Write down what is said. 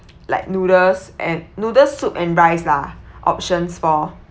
like noodles and noodle soup and rice lah options for